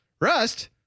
Rust